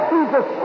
Jesus